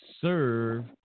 serve